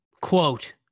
Quote